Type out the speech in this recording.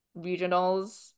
regionals